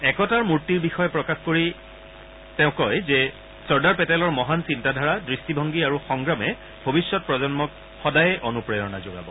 একতাৰ মূৰ্তিৰ বিষয়ে মত প্ৰকাশ কৰি তেওঁ কয় যে চৰ্দাৰ পেটেলৰ মহান চিন্তাধাৰা দৃষ্টিভংগী আৰু সংগ্ৰামে ভৱিষ্যত প্ৰজন্মক সদায়েই অনুপ্ৰেৰণা যোগাব